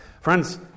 Friends